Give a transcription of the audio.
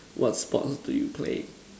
what sports do you play